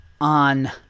on